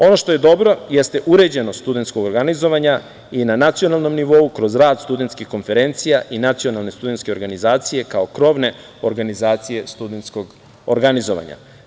Ono što je dobro jeste uređenost studentskog organizovanja i na nacionalnom nivou kroz rad studentskih konferencija i nacionalne studentske organizacije kao krovne organizacije studentskog organizovanja.